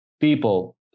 people